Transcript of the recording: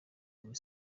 muri